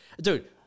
Dude